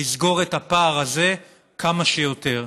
לסגור את הפער הזה כמה שיותר.